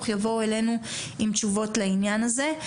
יבואו אלינו עם תשובות בעניין הזה,